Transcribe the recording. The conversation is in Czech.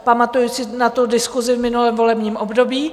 Pamatuju si na diskusi v minulém volebním období.